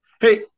Hey